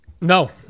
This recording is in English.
No